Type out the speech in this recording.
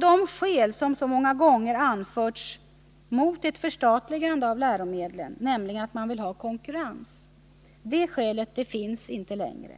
Det skäl som många gånger anförts mot ett förstatligande av läromedlen, nämligen att man vill ha konkurrens, det finns inte längre.